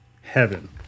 heaven